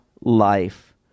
life